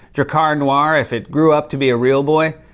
drakkar noir, if it grew up to be a real boy.